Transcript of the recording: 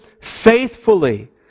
faithfully